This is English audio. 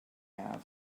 have